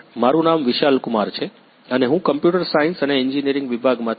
મારું નામ વિશાલ કુમાર છે અને હું કોમ્પ્યુટર સાયન્સ અને એન્જિનિયરિંગ વિભાગ માંથી છું